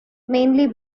mainly